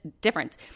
difference